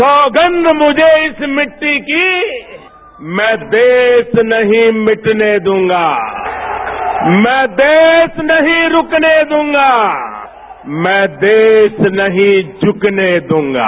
सौगंध मुझे इस मिट्टी की मैं देश नहीं मिटने दूंगा मैं देश नहीं रूकने दूंगा मैं देश नहीं झुकने दूंगा